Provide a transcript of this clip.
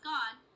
God